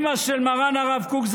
אימא של מרן קוק,